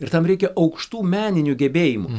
ir tam reikia aukštų meninių gebėjimų